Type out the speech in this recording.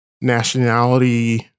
nationality